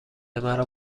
مرا